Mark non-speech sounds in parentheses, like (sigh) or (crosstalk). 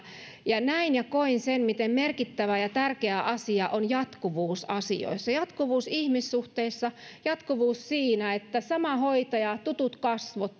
ja näin ja koin sen miten merkittävä ja tärkeä asia on jatkuvuus asioissa jatkuvuus ihmissuhteissa jatkuvuus siinä että on sama hoitaja tutut kasvot (unintelligible)